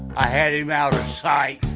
i had him out of sight.